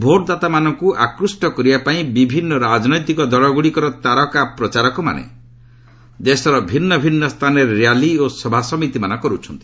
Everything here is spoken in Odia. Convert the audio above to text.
ଭୋଟଦାତାମାନଙ୍କୁ ଆକୃଷ୍ଟ କରିବାପାଇଁ ବିଭିନ୍ନ ରାଜନୈତିକ ଦଳଗୁଡ଼ିକର ତାରକା ପ୍ରଚାରକମାନେ ଦେଶର ଭିନ୍ନ ଭିନ୍ନ ସ୍ଥାନରେ ର୍ୟାଲି ଓ ସଭାସମିତିମାନ କରୁଛନ୍ତି